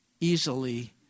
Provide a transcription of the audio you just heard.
easily